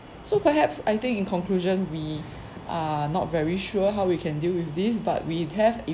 so perhaps I think in conclusion we are not very sure how we can deal with this but we have